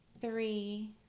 three